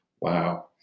wow